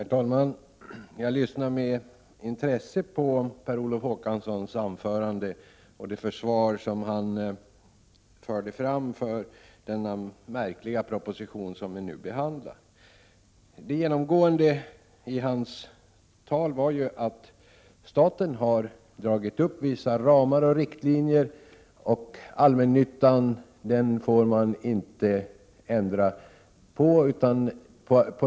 Herr talman! Jag lyssnade med intresse på Per Olof Håkanssons anförande och hans försvar för den märkliga proposition som vi nu behandlar. Genomgående i hans anförande var tanken att staten har dragit upp vissa ramar och riktlinjer och att man inte får ändra dessa när det gäller allmännyttan.